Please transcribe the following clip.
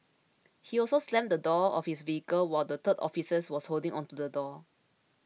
he also slammed the door of his vehicle while the third officer was holding onto the door